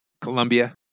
Colombia